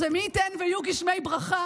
אז מי ייתן ויהיו גשמי ברכה,